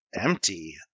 empty